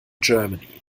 germany